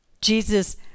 Jesus